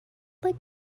like